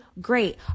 great